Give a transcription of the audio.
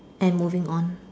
and moving on